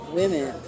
women